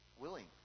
willing